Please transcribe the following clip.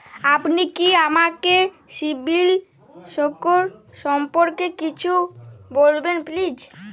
আপনি কি আমাকে সিবিল স্কোর সম্পর্কে কিছু বলবেন প্লিজ?